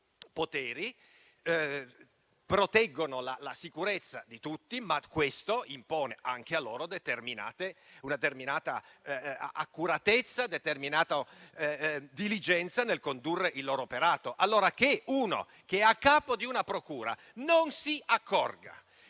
poteri, proteggono la sicurezza di tutti; ma questo impone anche a loro una determinata accuratezza e una determinata diligenza nel condurre il loro operato. Se un magistrato, a capo di una procura, non si accorge